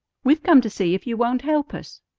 we've come to see if you won't help us.